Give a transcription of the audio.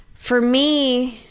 for me,